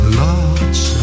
lots